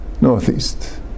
northeast